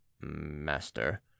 Master